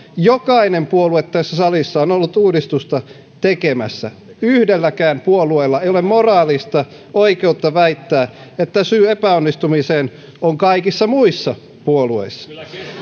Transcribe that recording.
jokainen puolue tässä salissa on ollut uudistusta tekemässä yhdelläkään puolueella ei ole moraalista oikeutta väittää että syy epäonnistumiseen on kaikissa muissa puolueissa